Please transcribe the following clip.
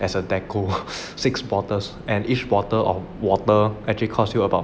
as a decor six bottles and each bottle of water actually costs you about